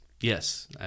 Yes